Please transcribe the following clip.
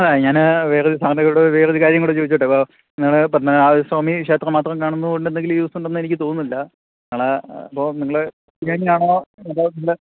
ആ ഞാന് വേറൊരു സാറിനോടു വേറൊരു കാര്യം കൂടെ ചോദിച്ചോട്ടേ അപ്പോള് നിങ്ങള് പത്മനാഭസ്വാമി ക്ഷേത്രം മാത്രം കാണുന്നതുകൊണ്ട് എന്തെങ്കിലും യൂസുണ്ടെന്ന് എനിക്കു തോന്നുന്നില്ല നാളെ അപ്പോള് നിങ്ങള്